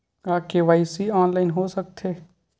का KYC online हो सकथे?